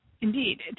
indeed